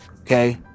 Okay